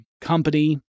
company